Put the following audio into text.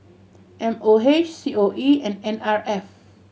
M O H C O E and N R F